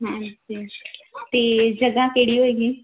ਹਾਂਜੀ ਤੇ ਜਗਾ ਕਿਹੜੀ ਹੋਏਗੀ